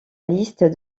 liste